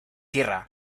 tierra